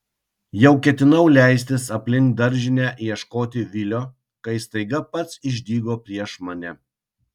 jau ketinau leistis aplink daržinę ieškoti vilio kai staiga pats išdygo prieš mane